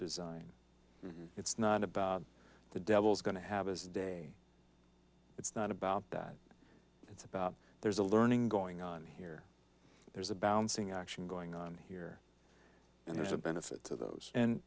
design it's not about the devil's going to have his day it's not about that it's about there's a learning going on here there's a bouncing action going on here and there's a benefit to those and